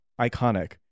iconic